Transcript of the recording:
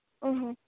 ओ हो